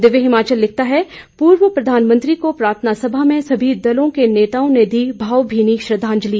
दिव्य हिमाचल लिखता है पूर्व प्रधानमंत्री को प्रार्थना सभा में सभी दलों के नेताओं ने दी भावमीनी श्रद्वाजंलि